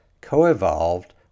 co-evolved